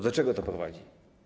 Do czego to prowadzi?